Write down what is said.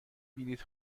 بلیط